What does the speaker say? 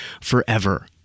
forever